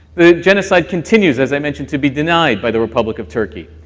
the genocide continues, as i mentioned, to be denied by the republic of turkey.